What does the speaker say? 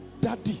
daddy